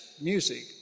music